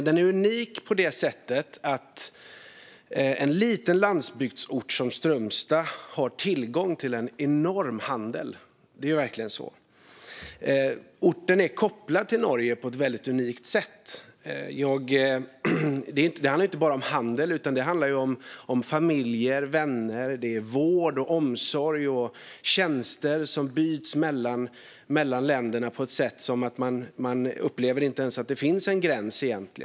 Den är unik på det sättet att en liten landsbygdsort som Strömstad har tillgång till en enorm handel. Det är verkligen så. Orten är kopplad till Norge på ett unikt sätt. Det handlar inte bara om handel, utan det handlar om familjer och vänner, om vård och omsorg och om tjänster som byts mellan länderna på ett sådant sätt att man inte ens upplever att det finns en gräns.